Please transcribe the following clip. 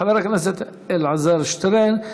חבר הכנסת אלעזר שטרן,